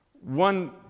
One